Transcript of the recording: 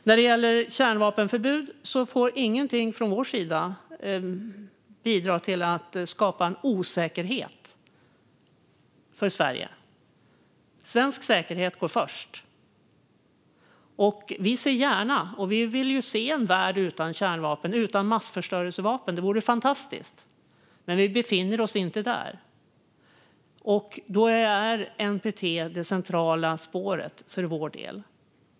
När det gäller kärnvapenförbud får ingenting från vår sida bidra till att skapa en osäkerhet för Sverige. Svensk säkerhet går först. Vi vill gärna se en värld utan kärnvapen och massförstörelsevapen. Det vore fantastiskt. Men vi befinner oss inte där. Då är NPT det centrala spåret för vår del.